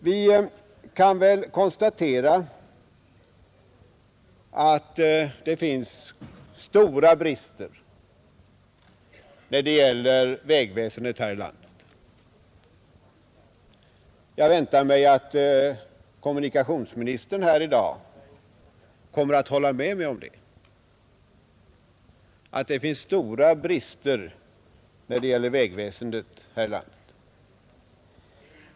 Vi kan konstatera att det råder stora brister när det gäller vägväsendet här i landet. Jag väntar mig att kommunikationsministern här i dag kommer att hålla med om det.